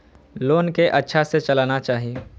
Loan के अच्छा से चलाना चाहि?